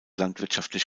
landwirtschaftlich